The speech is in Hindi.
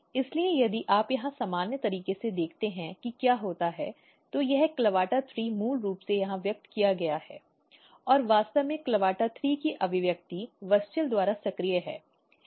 इसलिए यदि आप यहां सामान्य तरीके से देखते हैं कि क्या होता है तो यह CLAVATA3 मूल रूप से यहां व्यक्त किया गया है और वास्तव में CLAVATA3 की अभिव्यक्ति WUSCHEL द्वारा सक्रिय है